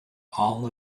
all